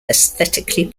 aesthetically